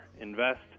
invest